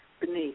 beneath